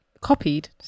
copied